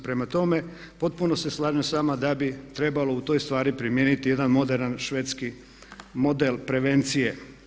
Prema tome, potpuno se slažem s vama da bi trebalo u toj stvari primijeniti jedan moderan švedski model prevencije.